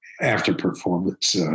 after-performance